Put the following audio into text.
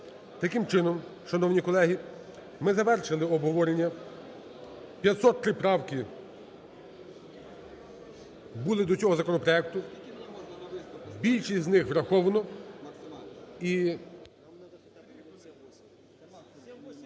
Таким чином, шановні колеги, ми завершили обговорення. 503 правки були до цього законопроекту, більшість із них враховано